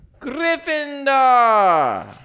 Gryffindor